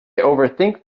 overthink